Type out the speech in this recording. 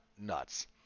nuts